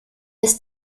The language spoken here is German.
ist